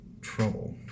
trouble